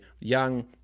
young